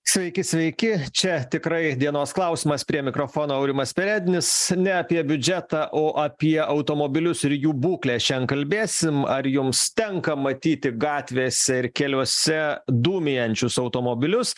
sveiki sveiki čia tikrai dienos klausimas prie mikrofono aurimas perednis ne apie biudžetą o apie automobilius ir jų būklę šiandien kalbėsim ar jums tenka matyti gatvėse ir keliuose dūmijančius automobilius